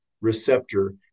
receptor